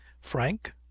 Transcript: Frank